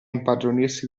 impadronirsi